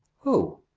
who,